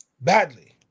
Badly